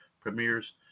premieres